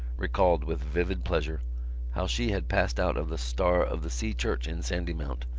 recalled with vivid pleasure how she had passed out of the star of the sea church in sandymount,